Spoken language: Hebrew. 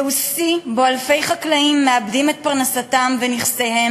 זהו שיא שבו אלפי חקלאים מאבדים את פרנסתם ונכסיהם,